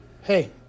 hey